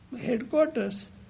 headquarters